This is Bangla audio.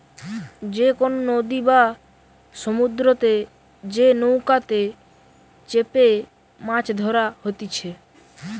যে কোনো নদী বা সমুদ্রতে যে নৌকাতে চেপেমাছ ধরা হতিছে